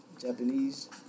Japanese